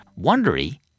Wondery